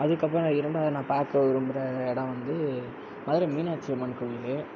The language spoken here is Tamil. அதுக்கு அப்புறோம் இரண்டாவது நான் பார்க்க விரும்புகிற இடம் வந்து மதுரை மீனாட்சி அம்மன் கோயில்